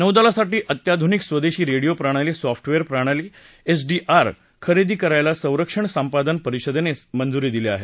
नौदलासाठी अत्याधुनिक स्वदेशी रेडिओ प्रणाली सॉफ्टवेअर प्रणाली एसडीआर खरेदी करायला संरक्षण संपादन परिषदेनं मंजुरी दिली आहे